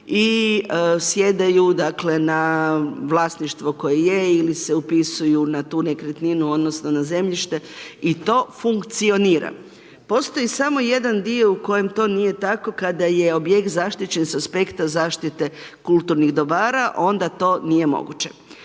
i sjedaju na vlasništvo koje je ili se upisuju na tu nekretninu odnosno na zemljište i to funkcionira. Postoji samo jedan dio u kojem to nije tako, kada je objekt zaštićen sa aspekta zaštite kulturnih dobara, onda to nije moguće.